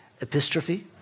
Epistrophe